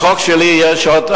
בחוק שלי יש עוד,